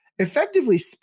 Effectively